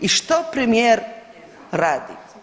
I što premijer radi?